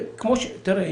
תראה,